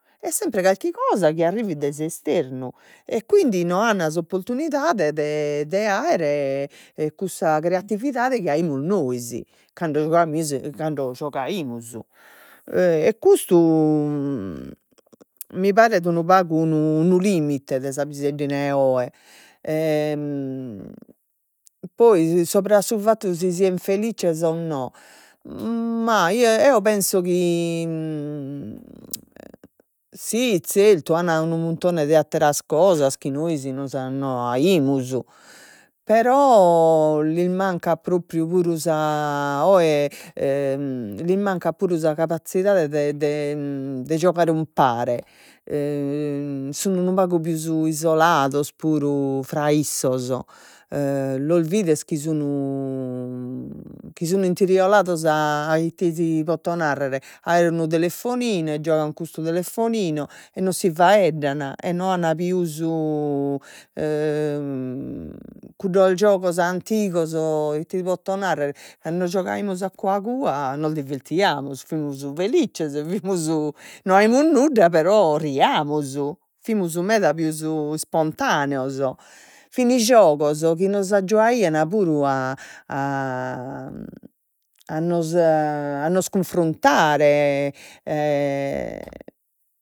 Est sempre calchi cosa chi arrivit dai s'esternu, e quindi no an s'opportunidade de de aer e custa creatividade chi aimus nois, cando cando giogaimus, e e custu mi paret unu pagu unu limite de sa piseddina 'e oe e poi subra su fattu si sian felizzes o no, ma i eo penso chi si zertu an unu muntone de atteras cosas, chi nois nos no aimus, però lis mancat propriu puru sa, oe e lis mancat puru sa capazzidade de de de giogare umpare sun unu pagu pius isolados, puru fra issos, e los bides chi sun chi sun intiriolados a ite ti poto narrer, a aer unu telefoninu, e giogan custu telefoninu, e non si faeddan e no an pius cuddos giogos antigos, ite ti potto narrer cando giogaimus a cua cua nos divertiamus, fimus felizzes fimus no aimus nudda però riiamus, fimus meda pius ispontaneos fin giogos chi nos aggiuaian puru a a a nos a nos cunfruntare